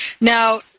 Now